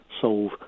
solve